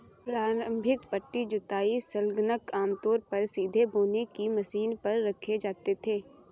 प्रारंभिक पट्टी जुताई संलग्नक आमतौर पर सीधे बोने की मशीन पर रखे जाते थे